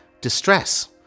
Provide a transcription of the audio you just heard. distress